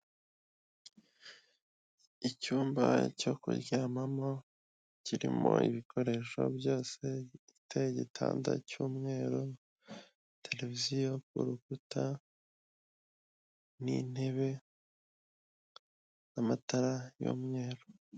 Icyumba cyo kuryamamo kirimo ibikoresho byose gifite igitanda cy'umweru, televiziyo ku rukuta intebe amatara y'umweru.